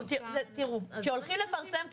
חייבים להאריך את